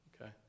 Okay